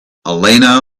elena